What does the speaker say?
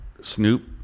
Snoop